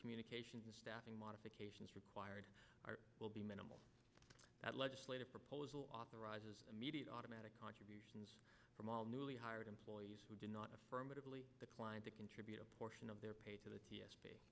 communications staffing modifications required will be minimal that legislative proposal authorizes immediate automatic contributions from all newly hired employees who did not affirmatively decline to contribute a portion of their pay to the t s